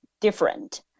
different